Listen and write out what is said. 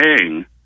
paying